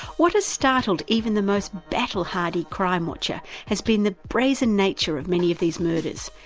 what has startled even the most battle-hardy crime watcher has been the brazen nature of many of these murders,